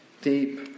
Deep